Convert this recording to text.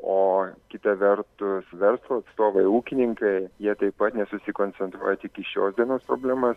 o kita vertus verslo atstovai ūkininkai jie taip pat nesusikoncentruoja tik į šios dienos problemas